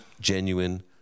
genuine